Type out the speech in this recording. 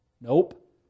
Nope